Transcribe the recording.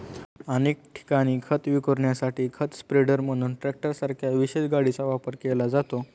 अनेक ठिकाणी खत विखुरण्यासाठी खत स्प्रेडर म्हणून ट्रॅक्टरसारख्या विशेष गाडीचा वापर केला जातो